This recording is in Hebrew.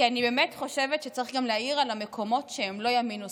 כי אני באמת חושבת שצריך גם להעיר על המקומות שהם לא ימין ושמאל: